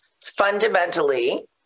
fundamentally